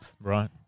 Right